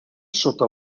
sota